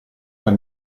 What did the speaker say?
per